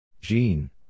Jean